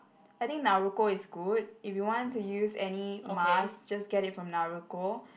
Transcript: I think Naruko is good if you want to use any mask just get it from Naruko